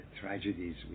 tragedies